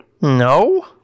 No